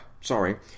Sorry